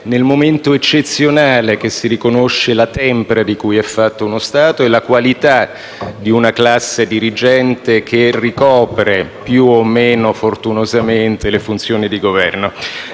nel momento eccezionale che si riconosce la tempra di cui è fatto uno Stato e la qualità di una classe dirigente, che ricopre, più o meno fortunosamente, le funzioni di Governo.